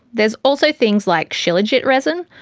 there's also things like shilajit resin,